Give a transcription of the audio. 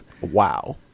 Wow